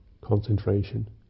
concentration